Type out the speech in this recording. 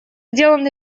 сделан